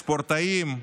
ספורטאים,